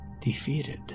defeated